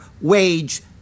wage